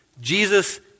jesus